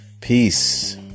Peace